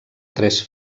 tres